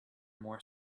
more